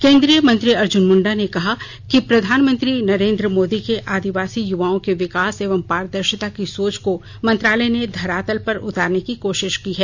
केंद्रीय मंत्री अर्जुन मुंडा ने कहा कि प्रधानमंत्री नरेंद्र मोदी के आदिवासी युवाओं के विकास एवं पारदर्शिता की सोच को मंत्रालय ने धरातल पर उतारने की कोशिश की है